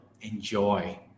enjoy